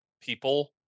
people